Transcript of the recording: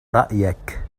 رأيك